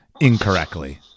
incorrectly